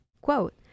quote